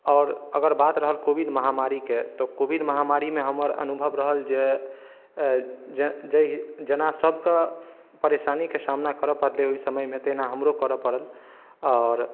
आओर अगर बात रहल कोविड महामारी के तऽ कोविड महामारी मे हमर अनुभव रहल जे जेना सबक परेशानी के सामना करय परलै ओहि समय मे तहिना हमरो करऽ परल आओर